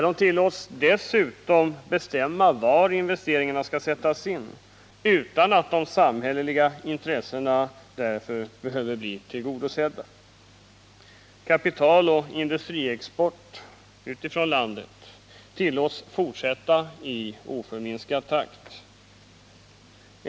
De tillåts dessutom bestämma var investeringarna skall sättas in utan att de samhälleliga intressena därför behöver bli tillgodosedda. Kapitaloch industriexporten från landet tillåts fortsätta i oförminskad takt.